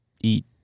eat